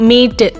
Meet